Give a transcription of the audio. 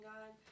God